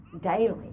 daily